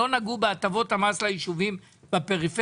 ולא נגעו בהטבות המס ליישובי הגבול בפריפריה,